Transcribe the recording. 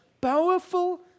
powerful